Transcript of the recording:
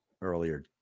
earlier